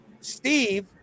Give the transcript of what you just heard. Steve